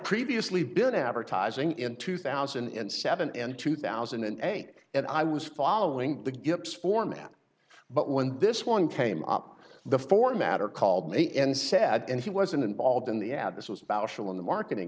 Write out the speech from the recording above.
previously been advertising in two thousand and seven and two thousand and eight and i was following the gibbs format but when this one came up the format or called me and said and he wasn't involved in the ad this was about szell in the marketing